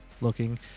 looking